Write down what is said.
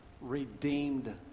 redeemed